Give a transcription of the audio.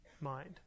mind